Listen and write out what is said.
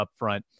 upfront